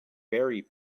berry